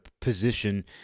position